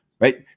right